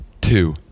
Two